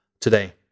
today